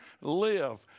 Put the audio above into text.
live